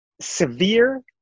Severe